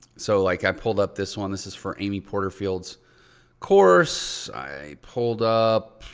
so like i pulled up this one. this is for amy porterfield's course. i pulled up,